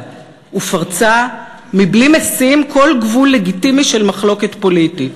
ופרצה מבלי משים כל גבול לגיטימי של מחלוקת פוליטית,